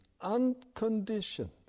unconditioned